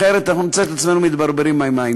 אחרת אנחנו נמצא את עצמנו מתברברים עם העניין.